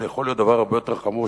אבל יכול להיות דבר הרבה יותר חמור,